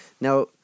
now